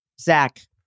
Zach